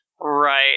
Right